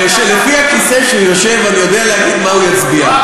שלפי הכיסא שבו הוא יושב אני יודע מה הוא יצביע.